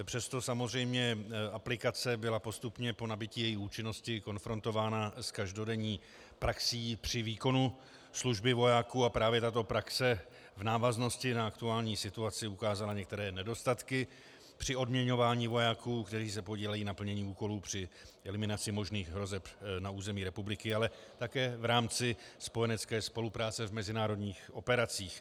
Přesto samozřejmě aplikace byla postupně po nabytí její účinnosti konfrontována s každodenní praxí při výkonu služby vojáků a právě tato praxe v návaznosti na aktuální situaci ukázala některé nedostatky při odměňování vojáků, kteří se podílejí na plnění úkolů při eliminaci možných hrozeb na území republiky, ale také v rámci spojenecké spolupráce v mezinárodních operacích.